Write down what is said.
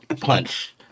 punch